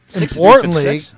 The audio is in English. Importantly